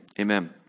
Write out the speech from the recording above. amen